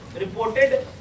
reported